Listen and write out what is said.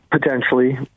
potentially